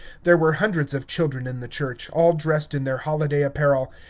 there were hundreds of children in the church, all dressed in their holiday apparel,